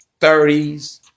30s